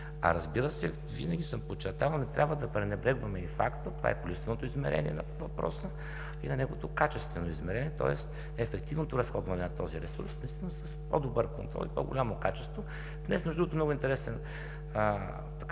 Разбира се, винаги съм подчертавал – не трябва да пренебрегваме и факта, това е количественото измерение на въпроса и на неговото качествено измерение, тоест ефективното разходване на този ресурс наистина с по-добър контрол и по-голямо качество. Днес един много интересен